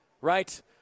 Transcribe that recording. right